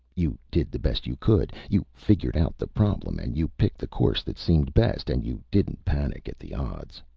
you did the best you could. you figured out the problem and you picked the course that seemed best and you didn't panic at the odds.